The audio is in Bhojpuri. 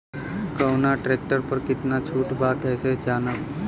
कवना ट्रेक्टर पर कितना छूट बा कैसे जानब?